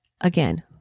Again